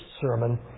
sermon